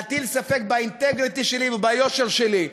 להטיל ספק באינטגריטי שלי וביושר שלי.